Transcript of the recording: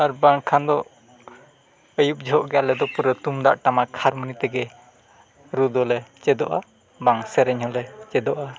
ᱟᱨ ᱵᱟᱝᱠᱷᱟᱱ ᱫᱚ ᱟᱹᱭᱩᱵ ᱡᱚᱦᱚᱜ ᱜᱮ ᱟᱞᱮ ᱫᱚ ᱯᱩᱨᱟᱹ ᱛᱩᱢᱫᱟᱜ ᱴᱟᱢᱟᱠ ᱦᱟᱨᱢᱚᱱᱤ ᱛᱮᱜᱮ ᱨᱩ ᱫᱚᱞᱮ ᱪᱮᱫᱚᱜᱼᱟ ᱵᱟᱝ ᱥᱮᱨᱮᱧ ᱦᱚᱞᱮ ᱪᱮᱫᱚᱜᱼᱟ